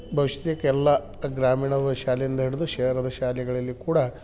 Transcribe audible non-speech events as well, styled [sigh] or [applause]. [unintelligible] ಎಲ್ಲಾ ಗ್ರಾಮೀಣವ ಶಾಲೆಯಿಂದ ಹಿಡ್ದು ಶಾರದ ಶಾಲೆಗಳಲ್ಲಿ ಕೂಡ